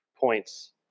points